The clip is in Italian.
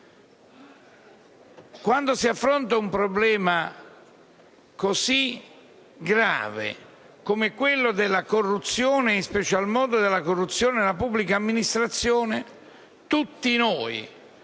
quando si affronta un problema così grave come quello della corruzione e, in special modo, della corruzione nella pubblica amministrazione, tutti noi,